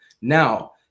Now